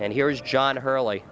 and here's john hurley